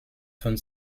von